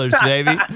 baby